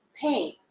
pain